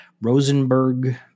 Rosenberg